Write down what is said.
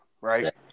Right